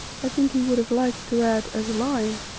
i think he would have liked to add, as lying,